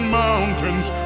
mountains